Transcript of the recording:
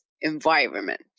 environment